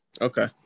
Okay